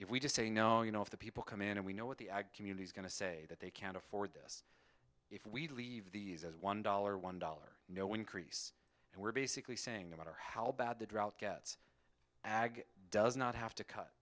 if we just say no you know if the people come in and we know what the ag community's going to say that they can't afford this if we leave these as one dollar one dollar no increase and we're basically saying about our how bad the drought gets ag does not have to cut